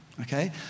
Okay